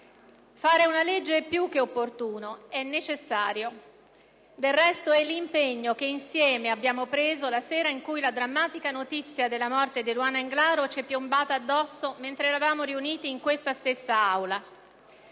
Fare una legge è più che opportuno: è necessario. Del resto è l'impegno che insieme abbiamo preso la sera in cui la drammatica notizia della morte di Eluana Englaro ci è piombata addosso mentre eravamo riuniti in questa stessa Aula.